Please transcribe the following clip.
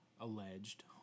alleged